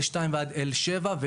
L2 ו-L7,